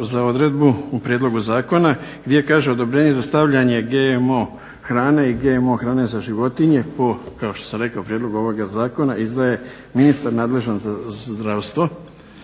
za odredbu u prijedlogu zakona gdje kaže odobrenje za stavljanje GMO hrane i GMO hrane za životinje po kao što sam rekao prijedlogu ovoga zakona izdaje ministar nadležan za zdravstvo